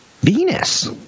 Venus